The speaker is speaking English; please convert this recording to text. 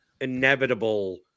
inevitable